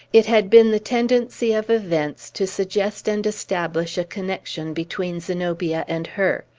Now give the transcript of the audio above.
it had been the tendency of events to suggest and establish a connection between zenobia and her.